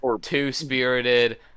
two-spirited